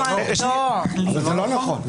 זה לא נכון.